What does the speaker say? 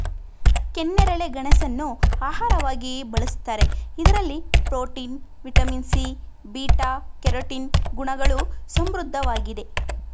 ಕೆನ್ನೇರಳೆ ಗೆಣಸನ್ನು ಆಹಾರವಾಗಿ ಬಳ್ಸತ್ತರೆ ಇದರಲ್ಲಿ protein, vitamin C, beta carotene ಗುಣಗಳು ಸಮೃದ್ಧವಾಗಿದೆ